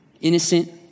Innocent